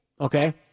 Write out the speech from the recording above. okay